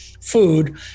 food